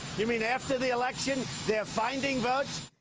you mean after the election they're finding votes?